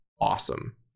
awesome